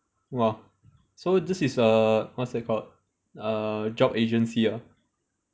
!wah! so this is err what's that called uh job agency ah